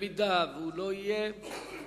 אם הוא לא יהיה,